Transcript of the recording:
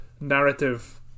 narrative